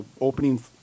opening